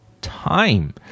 time